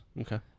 Okay